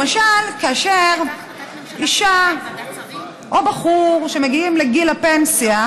למשל כאשר אישה או בחור שמגיעים לגיל הפנסיה,